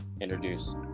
introduce